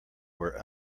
were